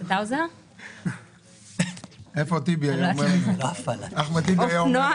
כי זו לא ההגדרה